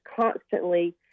constantly